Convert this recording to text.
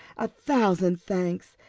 a thousand thanks,